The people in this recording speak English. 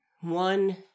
One